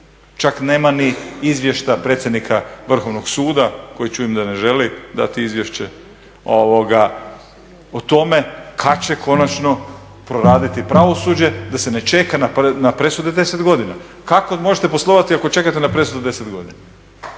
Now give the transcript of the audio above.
Čak nema ni izvještaja predsjednika Vrhovnog suda koji čujem da ne želi dati izvješće o tome kad će konačno proraditi pravosuđe, da se ne čeka na presude 10 godina. Kako možete poslovati ako čekate na presude 10 godina?